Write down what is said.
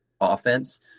offense